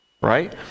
Right